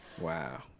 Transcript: Wow